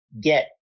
get